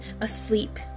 asleep